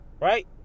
right